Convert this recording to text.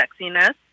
sexiness